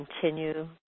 continue